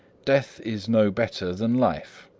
death is no better than life.